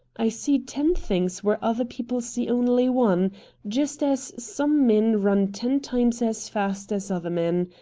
i see ten things where other people see only one just as some men run ten times as fast as other men.